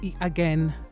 again